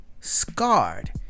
scarred